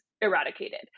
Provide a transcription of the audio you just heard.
eradicated